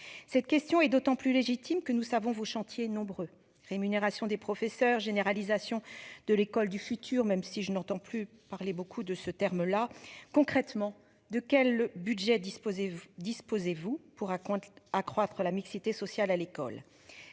Cette question est d'autant plus légitime que nous savons vos chantiers nombreux rémunération des professeurs généralisation de l'école du futur même si je n'entends plus parler beaucoup de ce terme-là concrètement de quel budget disposez vous disposez-vous pour compte. Accroître la mixité sociale à l'école,